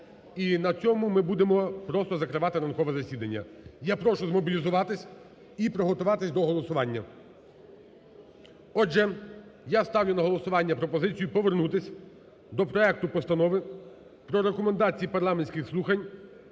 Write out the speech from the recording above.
і на цьому ми будемо просто закривати ранкове засідання. Я прошу змобілізуватись і приготуватись до голосування. Отже, я ставлю на голосування пропозицію повернутись до проекту Постанови про рекомендації парламентських слухань